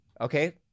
Okay